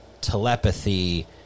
telepathy –